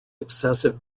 excessive